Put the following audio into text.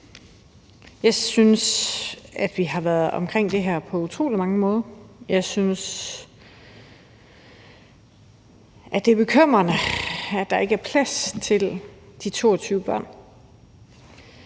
Jeg synes, at vi har været omkring det her på utrolig mange måder. Jeg synes, at det er bekymrende, at der ikke er plads til de 22 børn.